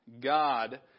God